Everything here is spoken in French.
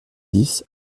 dix